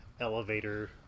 elevator